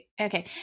Okay